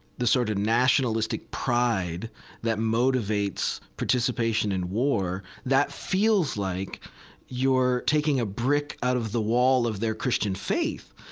the sort of nationalistic pride that motivates participation in war, that feels feels like you're taking a brick out of the wall of their christian faith,